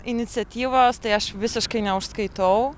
iniciatyvos tai aš visiškai neužskaitau